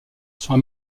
sont